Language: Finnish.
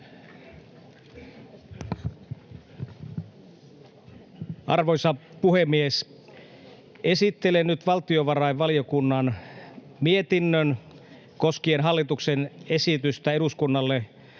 Arvoisa puhemies! Esittelen nyt valtiovarainvaliokunnan mietinnön koskien hallituksen esitystä eduskunnalle